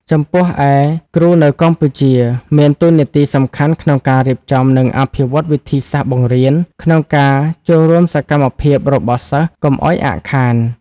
ចំពោះឯ គ្រូនៅកម្ពុជា មានតួនាទីសំខាន់ក្នុងការរៀបចំ និងអភិវឌ្ឍវិធីសាស្ត្របង្រៀន ក្នុងការចូលរួមសកម្មភាពរបស់សិស្សកុំឱ្យអាក់ខាន។